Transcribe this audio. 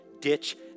ditch